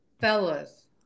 Fellas